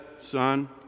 son